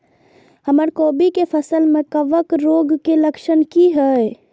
हमर कोबी के फसल में कवक रोग के लक्षण की हय?